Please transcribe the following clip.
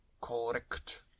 Correct